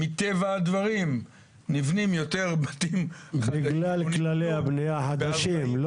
מטבע הדברים נבנים יותר בתים --- בגלל כללי הבנייה החדשים.